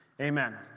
Amen